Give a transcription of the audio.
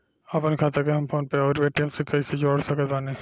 आपनखाता के हम फोनपे आउर पेटीएम से कैसे जोड़ सकत बानी?